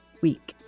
week